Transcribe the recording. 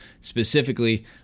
specifically